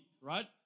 right